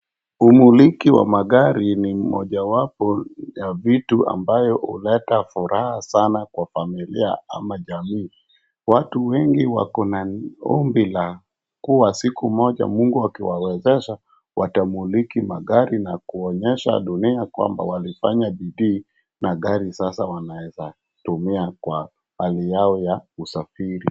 Umiliki wa magari ni mojawapo ya vitu ambayo huleta furaha sana kwa familia ama jamii. Watu wengi wako na ombi la kuwa siku moja Mungu akiwawezesha, watamiliki magari na kuonyesha dunia kwamba walifanya bidii na gari sasa wanaweza kutumia kwa hali yao ya usafiri.